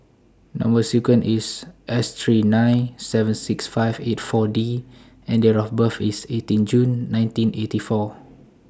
Number sequence IS S three nine seven six five eight four D and Date of birth IS eighteen June nineteen eighty four